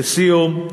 לסיום,